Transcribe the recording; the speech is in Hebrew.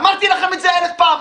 אמרתי לכם את זה אלף פעמים.